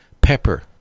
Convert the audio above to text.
pepper